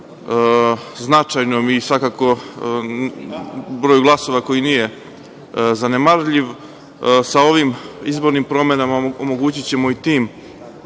značajnom i svakako broju glasova koji nije zanemarljiv. Ovim izbornim promenama omogućićemo i tim